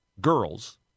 girls